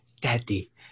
daddy